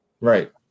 Right